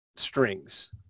strings